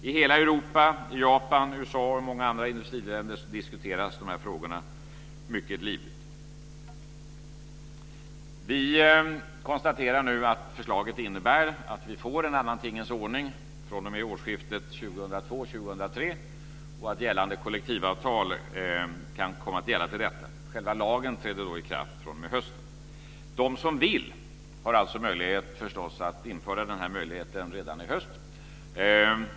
I hela Europa, Japan, USA och många andra industriländer diskuteras de här frågorna mycket livligt. Vi konstaterar nu att förslaget innebär att vi får en annan tingens ordning fr.o.m. årsskiftet 2002/03 och att gällande kollektivavtal kan komma att gälla till dess. Själva lagen träder då i kraft fr.o.m. hösten. De som vill kan förstås utnyttja den här möjligheten redan i höst.